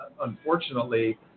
unfortunately